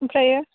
ओमफ्राय